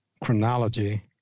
chronology